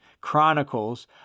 Chronicles